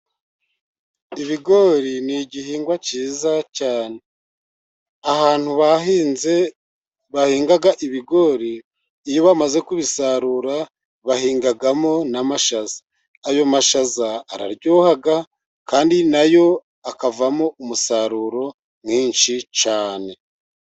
Ibigori ni igihingwa cyiza cyane, ahantu bahinga ibigori, iyo bamaze kubisarura bahingamo n'amashaza. Ayo mashaza araryoha, kandi nayo akavamo umusaruro mwinshi cyane.